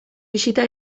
bisita